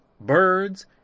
birds